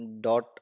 Dot